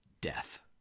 death